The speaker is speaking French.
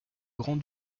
grand